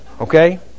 Okay